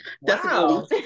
Wow